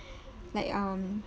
like um